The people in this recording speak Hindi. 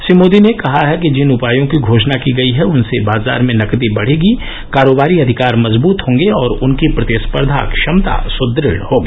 श्री मोदी ने कहा है कि जिन उपायों की घोषणा की गई है उनसे बाजार में नकदी बढेगी कारोबारी अधिकार मजबूत होंगे और उनकी प्रतिस्पर्धा क्षमता सुदृढ़ होगी